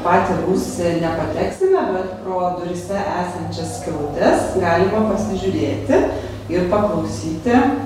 patį rūsį nepateksime bet pro duryse esančias skylutes galima pasižiūrėti ir paklausyti